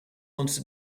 once